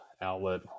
outlet